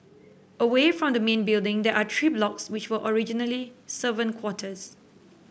away from the main building there are three blocks which were originally servant quarters